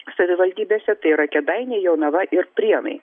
savivaldybėse tai yra kėdainiai jonava ir prienai